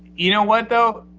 you know why don't